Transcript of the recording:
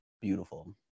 beautiful